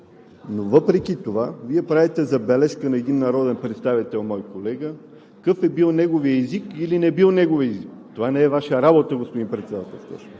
Но въпреки това Вие правите забележка на един народен представител – мой колега, какъв е бил неговият език или не бил неговият език. Това не е Ваша работа, господин Председателстващ.